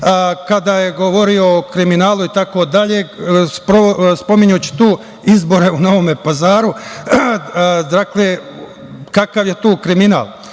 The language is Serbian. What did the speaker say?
kada je govorio o kriminalu, spominjući tu izbore u Novom Pazaru, dakle, kakav je tu kriminal?